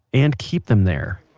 and keep them there.